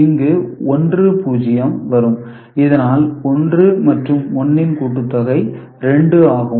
இங்கு 1 0 வரும் இதனால் 1 மற்றும் 1 ன் கூட்டுத்தொகை 2 ஆகும்